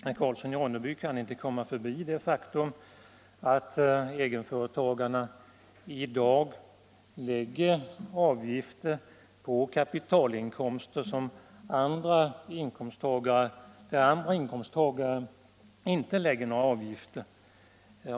Herr Karlsson i Ronneby kan inte komma förbi det faktum att egenföretagarna i dag erlägger avgifter för kapitalinkomster där andra inkomsttagare inte erlägger några avgifter.